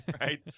right